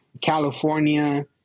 California